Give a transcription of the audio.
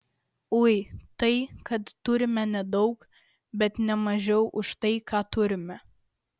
ui tai kad turime nedaug bet ne mažiau už tai ką turime